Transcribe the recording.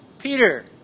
Peter